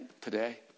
today